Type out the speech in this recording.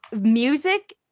music